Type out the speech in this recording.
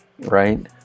right